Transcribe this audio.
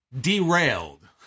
Derailed